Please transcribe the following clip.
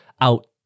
out